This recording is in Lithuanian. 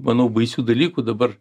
manau baisių dalykų dabar